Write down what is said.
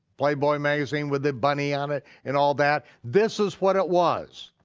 playboy magazine, with the bunny on it and all that? this is what it was.